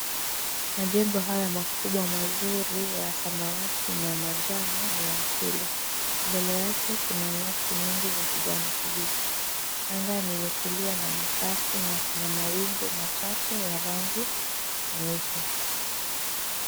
Majengo haya makubwa mazuri ya samawati na manjano ni ya shule. Mbele yake kuna nyasi nyingi za kijani kibichi. Anga imetulia na ni safi na kuna mawingu machache ya rangi nyeupe.